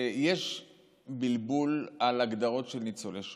יש בלבול בהגדרות של ניצולי השואה,